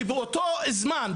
ובאותו זמן,